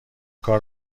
کار